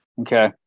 Okay